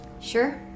Sure